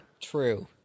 True